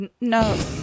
No